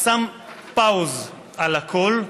הוא שם pause על הכול,